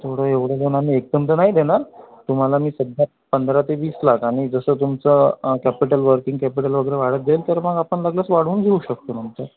थोडं एवढं लोन आम्ही एकदम तर नाही देणार तुम्हाला मी सध्या पंधरा ते वीस लाख आणि जसं तुमचं कॅपिटल वर्किंग कॅपिटल वगैरे वाढत जाईल तर मग आपण लागल्यास वाढवून घेऊ शकतो नंतर